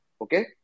Okay